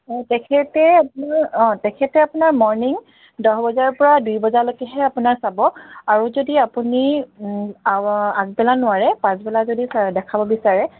অঁ তেখেতে আপোনাৰ অঁ তেখেতে আপোনাৰ মৰ্ণিং দহ বজাৰপৰা দুই বজালৈকেহে আপোনাৰ চাব আৰু যদি আপুনি আগবেলা নোৱাৰে পাঁচবেলা যদি দেখাব বিচাৰে